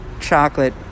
chocolate